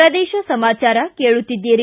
ಪ್ರದೇಶ ಸಮಾಚಾರ ಕೇಳುತ್ತೀದ್ದಿರಿ